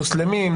מוסלמים,